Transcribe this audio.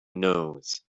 nose